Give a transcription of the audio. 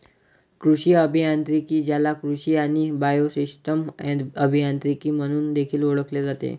कृषी अभियांत्रिकी, ज्याला कृषी आणि बायोसिस्टम अभियांत्रिकी म्हणून देखील ओळखले जाते